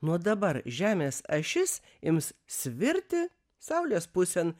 nuo dabar žemės ašis ims svirti saulės pusėn